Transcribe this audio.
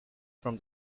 from